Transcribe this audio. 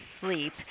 sleep